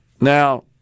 Now